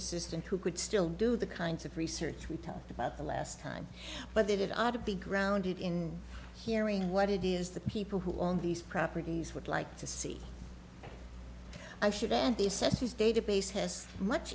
assistant who could still do the kinds of research we talked about the last time but that it ought to be grounded in hearing what it is the people who own these properties would like to see i should and the assessors database has much